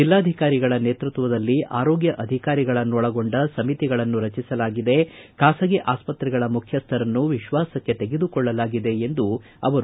ಜಿಲ್ನಾಧಿಕಾರಿಗಳ ನೇತೃತ್ವದಲ್ಲಿ ಆರೋಗ್ಯ ಅಧಿಕಾರಿಗಳನ್ನೊಳಗೊಂಡ ಸಮಿತಿಗಳನ್ನು ರಚಿಸಲಾಗಿದೆ ಖಾಸಗಿ ಆಸ್ಪತ್ರೆಗಳ ಮುಖ್ಯಸ್ಥರನ್ನು ವಿಶ್ವಾಸಕ್ಕೆ ತೆಗೆದುಕೊಳ್ಳಲಾಗಿದೆ ಎಂದರು